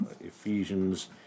Ephesians